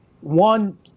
one